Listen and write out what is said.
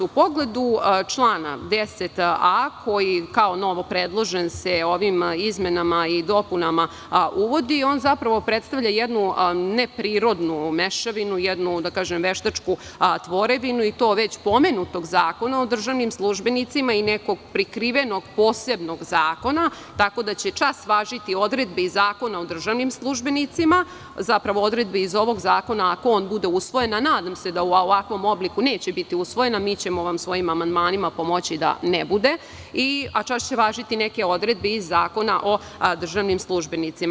U pogledu člana 10a, koji kao novopredložen se ovim izmenama i dopunama uvodi, on zapravo predstavlja jednu neprirodnu mešavinu, jednu veštačku tvorevinu i to već pomenutog Zakona o državnim službenicima i nekog prikrivenog posebnog zakona, tako da će čas važiti odredbe Zakona o državnim službenicima, zapravo odredbe iz ovog zakona, ako on bude usvojen, a nadam se da u ovakvom obliku neće biti usvojen, a mi ćemo vam svojim amandmanima pomoći da ne bude, a čas će važiti neke odredbe iz Zakona o državnim službenima.